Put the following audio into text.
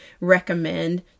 recommend